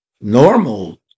Normal